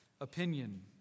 opinion